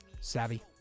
Savvy